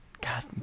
God